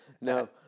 no